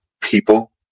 people